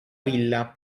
villa